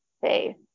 faith